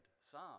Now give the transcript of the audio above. psalm